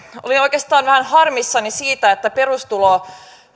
olin oikeastaan vähän harmissani siitä että perustulo